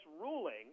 ruling